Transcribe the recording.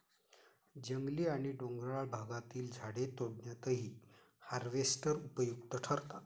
जंगली आणि डोंगराळ भागातील झाडे तोडण्यातही हार्वेस्टर उपयुक्त ठरतात